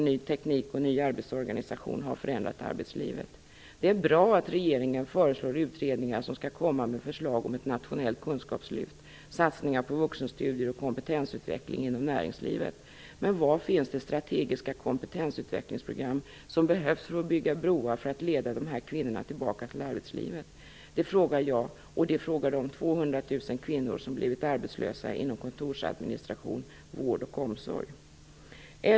Ny teknik och ny arbetsorganisation har förändrat arbetslivet. Det är bra att regeringen föreslår utredningar som skall komma med förslag om ett nationellt kunskapslyft och om satsningar på vuxenstudier och kompetensutveckling inom näringslivet. Men var finns det strategiska kompetensutvecklingsprogram som behövs för att bygga broar som leder de här kvinnorna tillbaka till arbetslivet? Det frågar jag och det frågar de 200 000 kvinnor som blivit arbetslösa inom kontorsadministration, vård och omsorg.